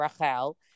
Rachel